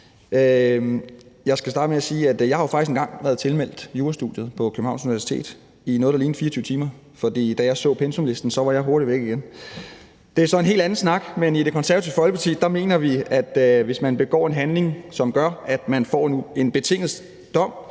Jeg skal starte med at sige, at jeg jo faktisk engang har været tilmeldt jurastudiet på Københavns Universitet i noget, der lignede 24 timer, for da jeg så pensumlisten, var jeg hurtigt væk igen. Men det er så en helt anden snak. I Det Konservative Folkeparti mener vi, at hvis man begår en handling, som gør, at man får en betinget dom,